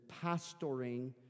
pastoring